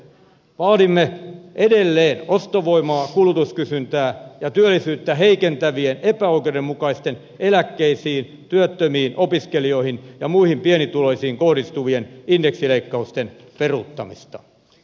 vaadimme edelleen ostovoimaa kulutuskysyntää ja työllisyyttä heikentävien epäoikeudenmukaisten eläkeläisiin työttömiin opiskelijoihin ja muihin pienituloisiin kohdistuvien indeksileikkausten peruuttamista